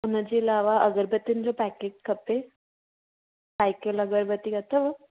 हुनजे अलावा अगरबतिनि जो पैकेट खपे साइकिल अगरबती अथव